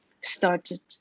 started